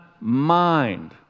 mind